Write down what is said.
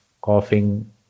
coughing